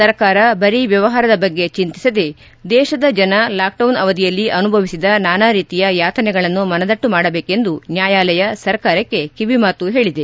ಸರ್ಕಾರ ಬರೀ ವ್ಯವಹಾರದ ಬಗ್ಗೆ ಚೆಂತಿಸದೆ ದೇಶದ ಜನ ಲಾಕ್ಡೌನ್ ಅವಧಿಯಲ್ಲಿ ಅನುಭವಿಸಿದ ನಾನಾ ರೀತಿಯ ಯಾತನೆಗಳನ್ನು ಮನದಟ್ಟು ಮಾಡಬೇಕೆಂದು ನ್ಯಾಯಾಲಯ ಸರ್ಕಾರಕ್ಕೆ ಕಿವಿಮಾತು ಹೇಳಿದೆ